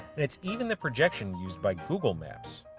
and it's even the projection used by google maps.